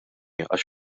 għax